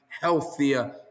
healthier